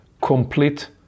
complete